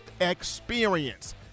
experience